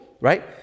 right